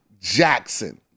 Jackson